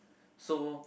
so